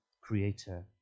creator